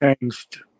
changed